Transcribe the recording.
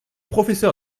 professeur